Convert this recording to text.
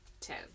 ten